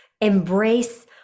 embrace